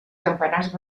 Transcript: campanars